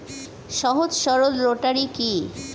সহজ সরল রোটারি কি?